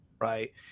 right